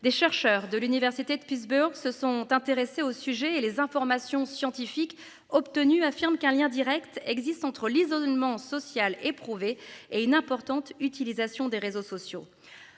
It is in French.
des chercheurs de l'Université de Pittsburgh se sont intéressés au sujet et les informations scientifiques obtenues affirme qu'un lien Direct existe entre l'isolement social éprouvé et une importante utilisation des réseaux sociaux,